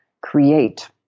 create